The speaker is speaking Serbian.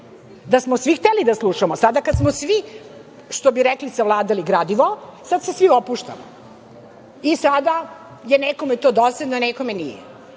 da smo svi hteli da slušamo. Sada kada smo svi, što bi rekli, savladali gradivo sada se svi opuštamo. Sada je nekome to dosadno, nekome nije. Ali,